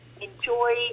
enjoy